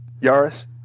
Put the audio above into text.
Yaris